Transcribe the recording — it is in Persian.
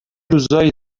روزایی